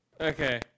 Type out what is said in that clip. Okay